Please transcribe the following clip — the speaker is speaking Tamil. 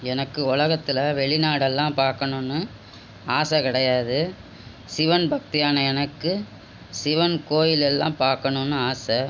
எனக்கு உலகத்துல வெளிநாடெல்லாம் பார்க்கணுன்னு ஆசை கிடையாது சிவன் பக்தியான எனக்கு சிவன் கோயில் எல்லாம் பார்க்கணுன்னு ஆசை